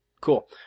cool